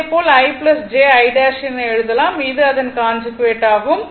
இதேபோல் i j I' என எழுதலாம் அது அதன் கான்ஜுகேட் ஆகும்